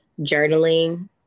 journaling